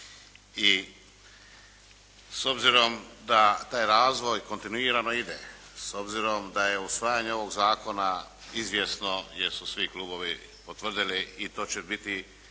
i s obzirom da taj razvoj kontinuirano ide, s obzirom da je usvajanje ovog zakona izvjesno jer su svi klubovi potvrdili i to će biti